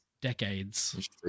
Decades